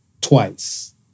Twice